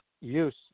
use